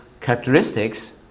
characteristics